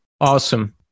awesome